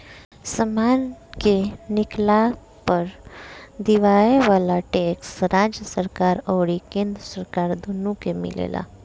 समान के किनला पर दियाये वाला टैक्स राज्य सरकार अउरी केंद्र सरकार दुनो के मिलेला